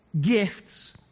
gifts